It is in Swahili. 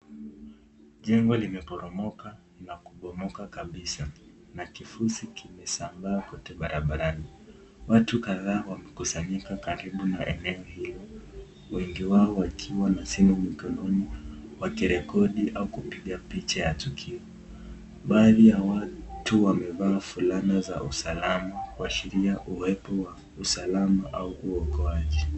Jengo limeporomoka na kubomoka kabisa na kifusi kimesambaa kote barabarani. Watu kadhaa wamekusanyika karibu na eneo hilo, wengi wao wakiwa na simu mkononi wakirekodi au kupiga picha ya tukio. Baadhi ya watu wamevaa fulana za usalama kuashiria uwepo wa usalama au uokoaji.